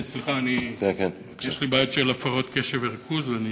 סליחה, יש לי בעיות של הפרעות קשב וריכוז, ואני